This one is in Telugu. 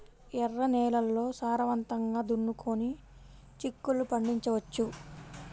ఎర్ర నేలల్లో సారవంతంగా దున్నుకొని చిక్కుళ్ళు పండించవచ్చు